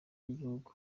ry’igihugu